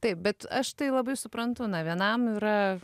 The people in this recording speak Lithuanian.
taip bet aš tai labai suprantu na vienam yra